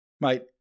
Mate